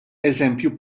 eżempju